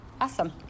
Awesome